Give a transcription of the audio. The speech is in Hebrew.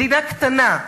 מדינה קטנה,